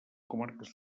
comarques